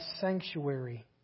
sanctuary